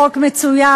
חוק מצוין.